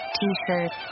T-shirts